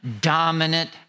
dominant